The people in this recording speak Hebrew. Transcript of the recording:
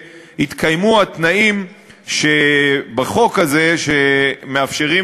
שיתקיימו התנאים שבחוק הזה שמאפשרים